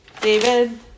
David